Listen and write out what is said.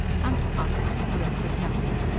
and pikes, corrected hempel.